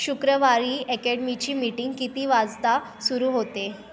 शुक्रवारी ॲकॅडमीची मीटिंग किती वाजता सुरू होते